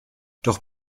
doch